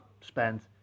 spent